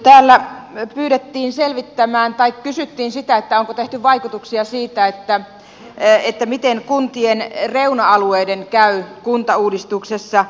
täällä kysyttiin sitä onko arvioitu vaikutuksia miten kuntien reuna alueiden käy kuntauudistuksessa